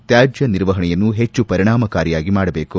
ತ್ಯಾಜ್ಞ ನಿರ್ವಹಣೆಯನ್ನು ಹೆಚ್ಚು ಪರಿಣಾಮಕಾರಿಯಾಗಿ ಮಾಡಬೇಕು